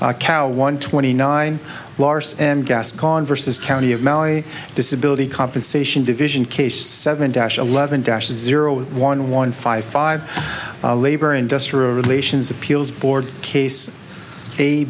cow one twenty nine lars and gas converses county of maui disability company station division case seven dash eleven dash zero one one five five labor industrial relations appeals board case a